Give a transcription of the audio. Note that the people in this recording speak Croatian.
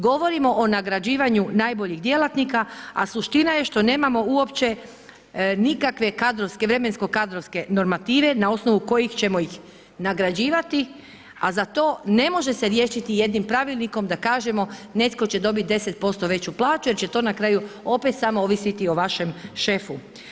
Govorimo o nagrađivanju najboljih djelatnika, a suština je što nemamo uopće nikakve vremensko-kadrovske normative na osnovu kojih ćemo ih nagrađivati, a za to ne može se riješiti jednim pravilnikom da kažemo netko će dobiti 10% veću plaću, jer će to na kraju opet samo ovisiti o vašem šefu.